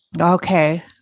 Okay